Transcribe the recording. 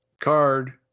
card